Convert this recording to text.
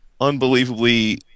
unbelievably